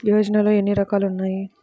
యోజనలో ఏన్ని రకాలు ఉన్నాయి?